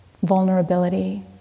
vulnerability